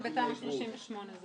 אנחנו